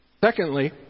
Secondly